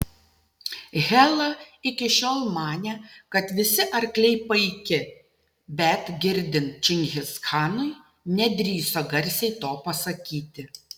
hela iki šiol manė kad visi arkliai paiki bet girdint čingischanui nedrįso garsiai to pasakyti